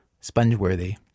sponge-worthy